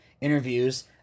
interviews